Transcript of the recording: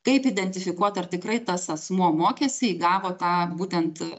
kaip identifikuot ar tikrai tas asmuo mokėsi įgavo tą būtent